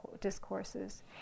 discourses